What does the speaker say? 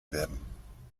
werden